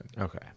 Okay